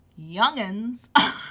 youngins